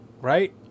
right